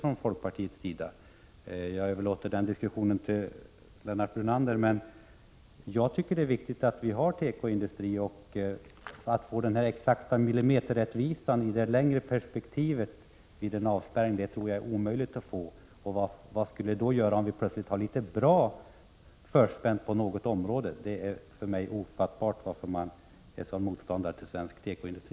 Jag överlåter den diskussionen till Lennart Brunander, men jag vill säga att det är viktigt att det finns en tekoindustri i Sverige. Att få till stånd en exakt millimeterrättvisa i ett längre perspektiv vid en avspärrning tror jag är omöjligt, och vad skulle det göra om vi plötsligt hade det bra förspänt på något område? Det är för mig ofattbart att folkpartiet är en sådan motståndare mot svensk tekoindustri.